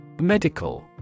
Medical